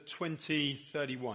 2031